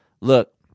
Look